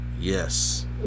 Yes